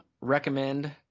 recommend